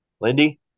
Lindy